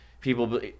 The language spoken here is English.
people